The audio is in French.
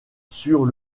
sur